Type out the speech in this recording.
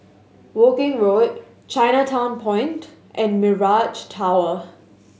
Woking Road Chinatown Point and Mirage Tower